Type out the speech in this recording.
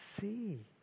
see